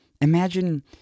Imagine